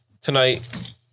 tonight